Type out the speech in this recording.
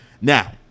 Now